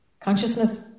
Consciousness